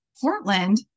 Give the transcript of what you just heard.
Portland